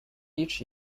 each